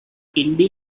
indie